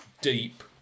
deep